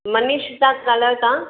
मनिष था ॻाल्हायो तव्हां